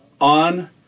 on